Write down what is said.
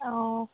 অঁ